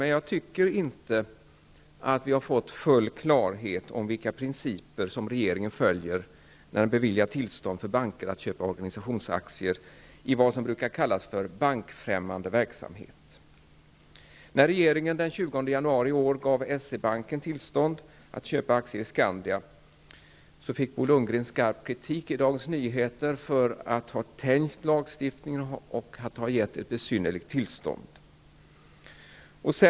Men jag anser inte att vi har fått full klarhet i frågan om vilka principer regeringen följer när den beviljar banker tillstånd att köpa organisationsaktier i vad som bukar kallas bankfrämmande verksamhet. När regeringen den 20 januari i år gav S-E-Banken tillstånd att köpa aktier i Skandia fick Bo Lundgren skarp kritik i Dagens Nyheter för att ha tänjt på lagstiftningen och för att ha gett ett 'besynnerligt tillstånd''.